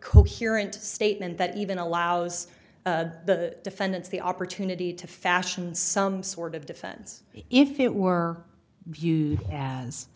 coherent statement that even allows the defendants the opportunity to fashion some sort of defense if it were viewed as